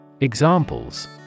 Examples